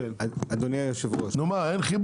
בבקשה.